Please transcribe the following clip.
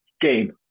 game